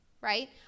right